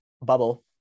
bubble